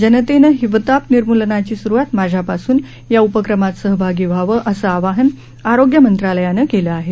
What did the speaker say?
जनतेनं हिवताप निर्मूलनाची सुरुवात माझ्या पासून या उपक्रमात सहभागी व्हावं असं आवाहन आरोग्य मंत्रालयानं केलं आहे